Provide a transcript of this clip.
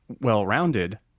well-rounded